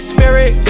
Spirit